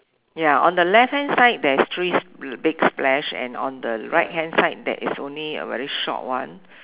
ya on the left hand side there's three big splash and on the right hand side there is only a very short one